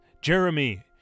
Jeremy